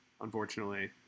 unfortunately